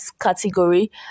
category